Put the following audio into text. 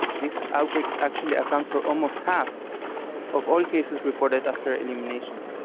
these outbreaks actually account for almost half of all cases reported after elimination.